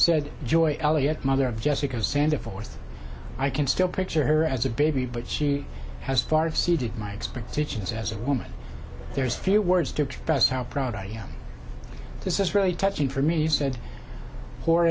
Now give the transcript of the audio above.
said joy elliott mother of jessica's sanda fourth i can still picture her as a baby but she has part of seeded my expectations as a woman there's few words to express how proud i am this is really touching for me said